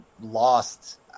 lost